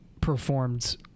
performed